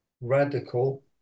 radical